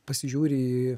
pasižiūri į